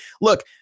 Look